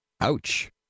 ouch